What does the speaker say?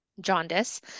jaundice